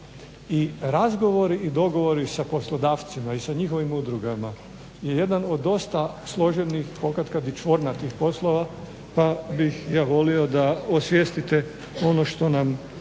i razgovori i dogovori sa poslodavcima i sa njihovim udrugama, je jedan od dosta složenih, pokatkad i čvornatih poslova pa bih ja volio da osvijestite ono što nam prethodi,